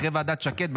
אחרי ועדת שקד,